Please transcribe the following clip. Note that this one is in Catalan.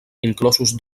inclosos